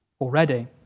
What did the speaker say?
already